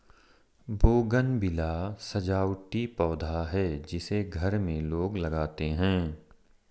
bougainvillea सजावटी पौधा है जिसे घर में लोग लगाते हैं